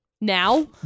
Now